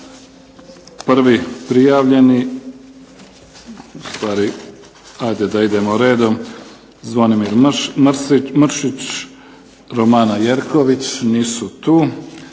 Prvi prijavljeni, ustvari ajde da idemo redom, Zvonimir Mršić, Romana Jerković. Nisu tu.